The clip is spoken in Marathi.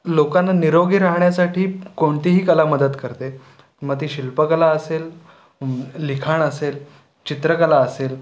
लोकांना निरोगी राहण्यासाठी कोणतीही कला मदत करते मग ती शिल्पकला असेल लिखाण असेल चित्रकला असेल